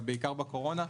אבל עיקר בקורונה,